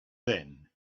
then